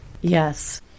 Yes